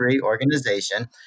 organization